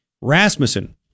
Rasmussen